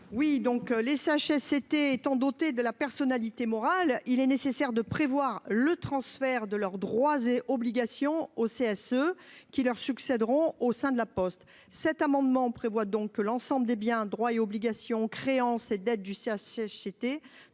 Les CHSCT étant dotés de la personnalité morale, il est nécessaire de prévoir le transfert de leurs droits et obligations aux CSE qui leur succéderont au sein de La Poste. Cet amendement vise donc à ce que l'ensemble des biens, droits et obligations, créances et dettes des CHSCT